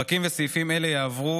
פרקים וסעיפים אלה יעברו,